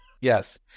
Yes